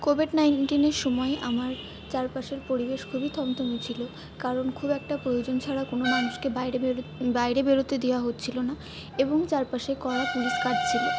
Covid নাইন্টিনের সময় আমার চারপাশের পরিবেশ খুবই থমথমে ছিল কারণ খুব একটা প্রয়োজন ছাড়া কোনো মানুষকে বাইরে বেরোতে বাইরে বেরোতে দেওয়া হচ্ছিল না এবং চারপাশে কড়া পুলিশ গার্ড ছিল